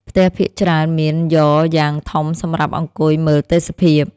ផ្ទះភាគច្រើនមានយ៉រយ៉ាងធំសម្រាប់អង្គុយមើលទេសភាព។